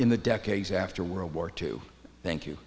in the decades after world war two thank you